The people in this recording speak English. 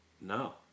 no